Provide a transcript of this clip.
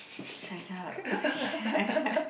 shut up